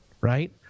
right